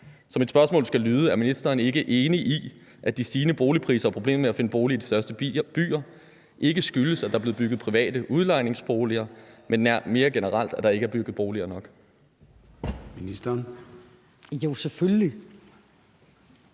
Så mit spørgsmål skal lyde: Er ministeren ikke enig i, at de stigende boligpriser og problemet med at finde bolig i de største byer ikke skyldes, at der er blevet bygget private udlejningsboliger, men mere generelt, at der ikke er bygget boliger nok?